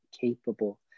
capable